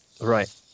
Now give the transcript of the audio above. right